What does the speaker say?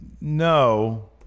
No